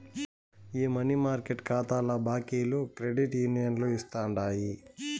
ఈ money market కాతాల బాకీలు క్రెడిట్ యూనియన్లు ఇస్తుండాయి